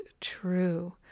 true